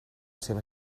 seva